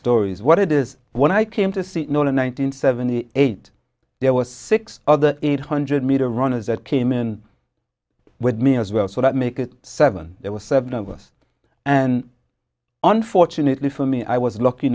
stories what it is when i came to see the one nine hundred seventy eight there were six other eight hundred meter runners that came in with me as well so that make it seven there were seven of us and unfortunately for me i was lucky